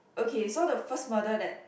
okay so the first murder that